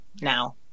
now